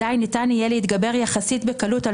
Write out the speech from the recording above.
אזי ניתן יהיה להתגבר יחסית בקלות על